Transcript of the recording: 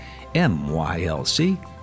mylc